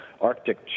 arctic